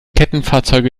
kettenfahrzeuge